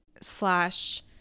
slash